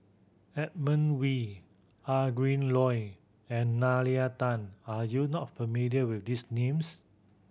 Edmund Wee Adrin Loi and Nalla Tan are you not familiar with these names